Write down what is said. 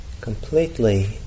completely